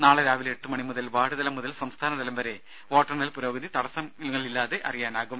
നാളെ രാവിലെ എട്ടുമണി മുതൽ വാർഡുതലം മുതൽ സംസ്ഥാനതലം വരെ വോട്ടെണ്ണൽ പുരോഗതി തടസ്സങ്ങളില്ലാതെ അറിയാനാകും